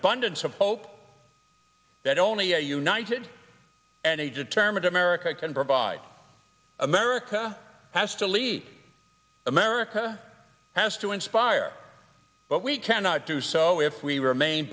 abundance of hope that only a united and aged termit america can provide america has to lead america has to inspire but we cannot do so if we remain